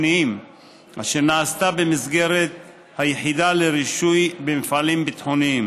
במסגרת חוק ההסדרים לשנת 2019,